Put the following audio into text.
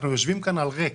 אנחנו יושבים כאן על ריק.